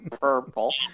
Purple